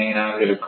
99 ஆக இருக்கும்